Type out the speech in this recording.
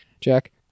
Jack